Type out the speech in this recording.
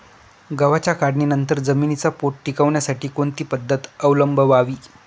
गव्हाच्या काढणीनंतर जमिनीचा पोत टिकवण्यासाठी कोणती पद्धत अवलंबवावी?